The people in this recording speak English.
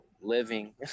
living